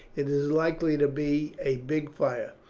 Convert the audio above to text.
it is likely to be a big fire.